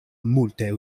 multe